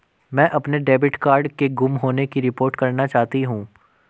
मैं अपने debit card के गुम होने की रिपोर्ट करना चाहती हूँ